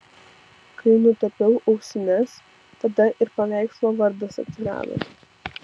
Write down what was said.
kai nutapiau ausines tada ir paveikslo vardas atsirado